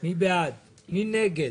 המילה "לפיו"